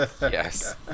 Yes